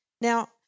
Now